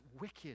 wicked